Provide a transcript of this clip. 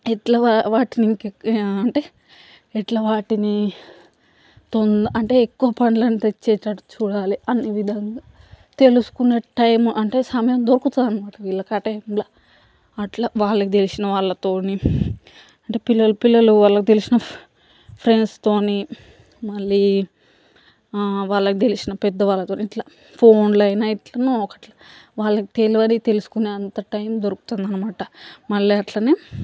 ఎట్ల వాటిని అంటే ఎట్ల వాటిని తొందర అంటే ఎక్కువ పండ్లని తెచ్చేటట్టు చూడాలి అన్ని విధంగా తెలుసుకునే టైం అంటే సమయం దొరుకుతుంది అనమాట వీళ్ళకి ఆ టైంల అట్లా వాళ్ళకి తెలిసిన వాళ్ళతోటి అంటే పిల్లలు పిల్లలు వాళ్ళ తెలిసిన ఫ్రెండ్స్తోని మళ్ళీ వాళ్ళకి తెలిసిన పెద్ద వాళ్ళతోని ఇట్లా ఫోన్లో అయినా ఎట్లనో ఒకట్ల వాళ్ళకి తెలవని తెలుసుకునే అంత టైం దొరుకుతుంది అనమాట మళ్ళీ అట్లనే